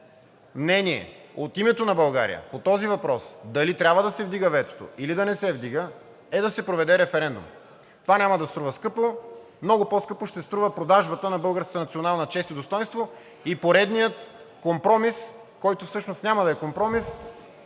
мнение от името на България по този въпрос дали трябва да се вдига ветото, или да не се вдига, е да се проведе референдум. Това няма да струва скъпо. Много по-скъпо ще струва продажбата на българските национална чест и достойнство и поредният компромис, който всъщност няма да е компромис,